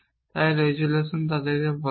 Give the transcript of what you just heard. তাই রেজুলেশন তাদের বলা হয়